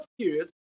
period